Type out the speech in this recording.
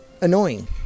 annoying